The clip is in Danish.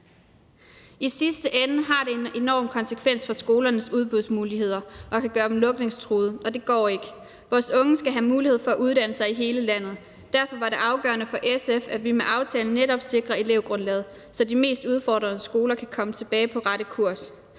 I sidste ende har det en enorm konsekvens for skolernes udbudsmuligheder og kan gøre dem lukningstruede, og det går ikke. Vores unge skal have mulighed for at uddanne sig i hele landet. Derfor var det afgørende for SF, at vi med aftalen netop sikrer elevgrundlaget, så de mest udfordrede skoler kan komme tilbage på rette kurs.